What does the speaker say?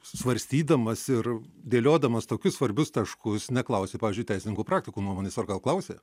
svarstydamas ir dėliodamas tokius svarbius taškus neklausė pavyzdžiui teisininkų praktikų nuomonės ar gal klausė